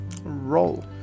Roll